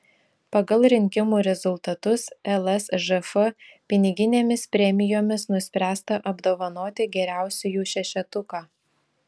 pagal rinkimų rezultatus lsžf piniginėmis premijomis nuspręsta apdovanoti geriausiųjų šešetuką